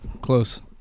close